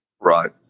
Right